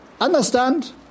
understand